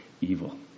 evil